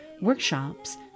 workshops